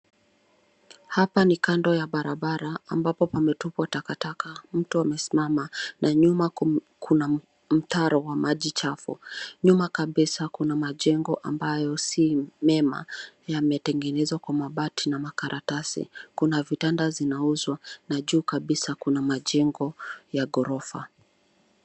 Hapa ni kando ya barabara ambapo pametubwa takataka. Mtu amesimama na nyuma kuna mtaro wa maji chafu. Nyuma kabisa kuna majengo ambayo si mema, yametengenezwa kwa mabati na makaratasi. Kuna vitanda zinauzwa na juu kabisa kuna majengo ya gorofa.